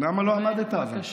למה לא עמדת, אבל?